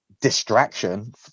distraction